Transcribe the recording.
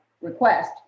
request